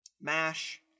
MASH